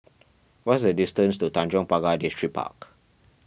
what is the distance to Tanjong Pagar Distripark